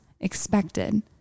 expected